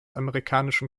amerikanischen